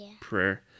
prayer